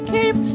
Keep